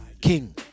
King